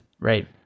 Right